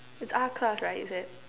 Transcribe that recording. it's R class right is it